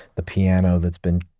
the piano that's been,